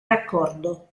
raccordo